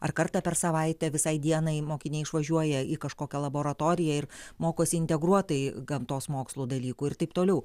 ar kartą per savaitę visai dienai mokiniai išvažiuoja į kažkokią laboratoriją ir mokosi integruotai gamtos mokslų dalykų ir taip toliau